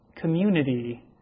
community